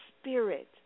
spirit